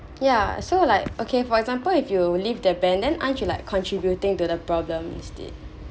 ya so like okay for example if you lift their ban and aren't you like contributing to the problem instead